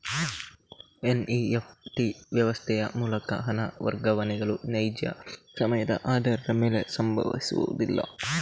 NEFT ವ್ಯವಸ್ಥೆಯ ಮೂಲಕ ಹಣ ವರ್ಗಾವಣೆಗಳು ನೈಜ ಸಮಯದ ಆಧಾರದ ಮೇಲೆ ಸಂಭವಿಸುವುದಿಲ್ಲ